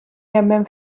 jemmen